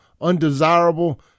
undesirable